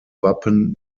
wappen